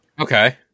Okay